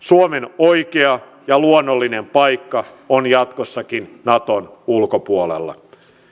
suomen oikea ja luonnollinen paikka on jatkossakin naton ulkopuolella